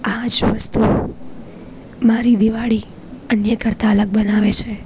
આ જ વસ્તુઓ મારી દિવાળી અન્ય કરતાં અલગ બનાવે છે